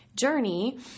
journey